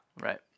Right